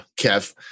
kev